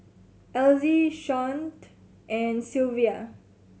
Elzie Shawnte and Sylvia